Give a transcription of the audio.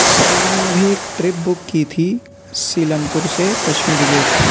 سر میں نے ابھی ایک ٹرپ بک کی تھی سیلم پور سے کشمیری گیٹ